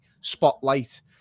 spotlight